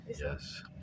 Yes